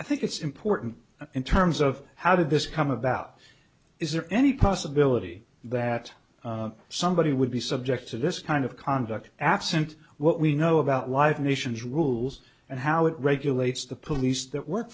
i think it's important in terms of how did this come about is there any possibility that somebody would be subject to this kind of conduct absent what we know about life missions rules and how it regulates the police that work